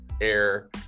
air